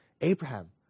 Abraham